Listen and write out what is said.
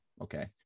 Okay